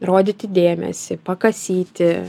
rodyti dėmesį pakasyti